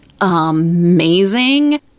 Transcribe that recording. amazing